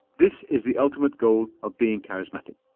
this is the ultimate goal of being charismatic.